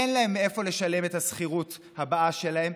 אין להם מאיפה לשלם את השכירות הבאה שלכם.